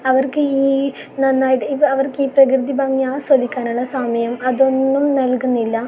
അവർക്ക് ഈ നന്നായിട്ട് അവർക്ക് ഈ പ്രകൃതി ആസ്വദിക്കാനുള്ള സമയം അതൊന്നും നൽക്കുന്നില്ല